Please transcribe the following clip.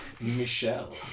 Michelle